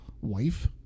wife